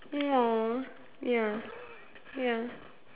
!aww! ya ya